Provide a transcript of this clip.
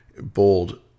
bold